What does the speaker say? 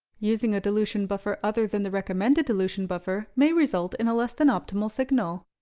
using a dilution buffer other than the recommended dilution buffer may result in a less than optimal signal.